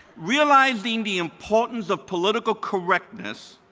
realizing the importance of political correctness,